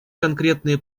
конкретные